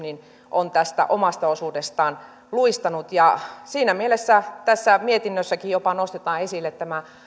on tästä omasta osuudestaan luistanut siinä mielessä tässä mietinnössäkin jopa nostetaan esille tämä